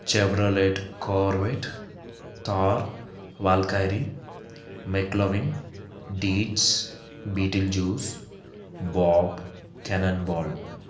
Chevrolet corvette thor valkyrie McLaren deez beetle juice bob cannonball